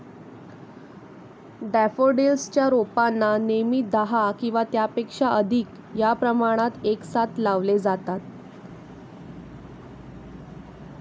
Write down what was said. daffodils च्या रोपांना नेहमी दहा किंवा त्यापेक्षा अधिक या प्रमाणात एकसाथ लावले जाते